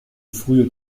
frühe